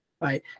right